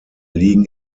liegen